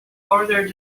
ordered